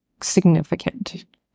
significant